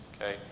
okay